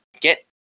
get